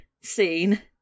scene